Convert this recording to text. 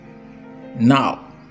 now